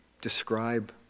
Describe